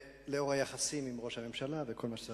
לאור היחסים עם ראש הממשלה וכל מה,